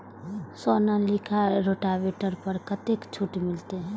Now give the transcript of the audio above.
Sonalika rotavator पर कतेक छूट मिलते?